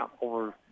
Over